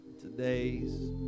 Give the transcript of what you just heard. Today's